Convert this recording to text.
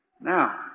Now